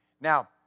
Now